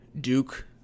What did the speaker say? Duke